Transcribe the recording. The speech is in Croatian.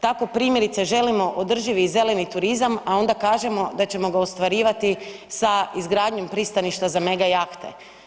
Tako primjerice, želimo održivi zeleni turizam a onda kažemo da ćemo ga ostvarivati sa izgradnjom pristaništa za mega jahte.